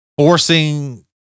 forcing